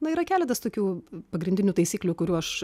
na yra keletas tokių pagrindinių taisyklių kurių aš